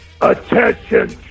Attention